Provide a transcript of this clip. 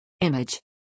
Image